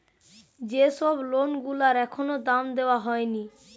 যে সব লোন গুলার এখনো দাম দেওয়া হয়নি